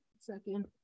Second